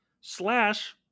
slash